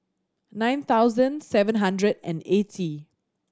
nine thousand seven hundred and eighty